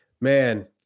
man